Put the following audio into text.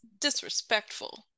disrespectful